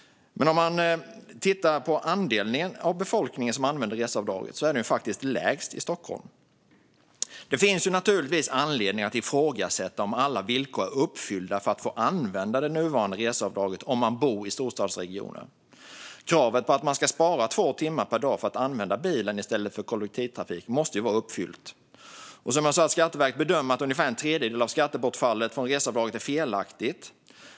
Men om man tittar på andelen av befolkningen som använder reseavdraget är den lägst i Stockholm. Det finns naturligtvis anledning att ifrågasätta om alla villkor är uppfyllda för att få använda det nuvarande reseavdraget om man bor i storstadsregioner. Kravet att man ska spara två timmar per dag för att använda bilen i stället för kollektivtrafik måste ju vara uppfyllt. Skatteverket bedömer att ungefär en tredjedel av skattebortfallet från reseavdraget är felaktigt.